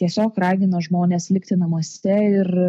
tiesiog ragino žmones likti namuose ir